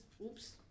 oops